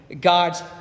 God's